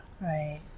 Right